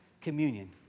communion